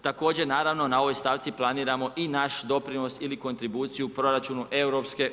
Također naravno na ovoj stavci planiramo i naš doprinos ili kontribuciju u proračunu EU.